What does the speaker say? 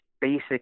basic